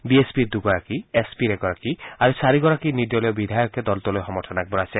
B S পিৰ দুগৰাকী S পিৰ এগৰাকী আৰু চাৰিগৰাকী নিৰ্দলীয় বিধায়কেও দলটোলৈ সমৰ্থন আগবঢ়াইছে